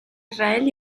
israel